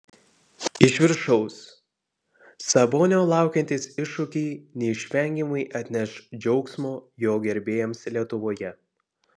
iš viršaus sabonio laukiantys iššūkiai neišvengiamai atneš džiaugsmo jo gerbėjams lietuvoje